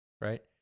right